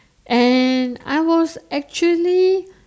and I was actually